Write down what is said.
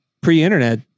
pre-internet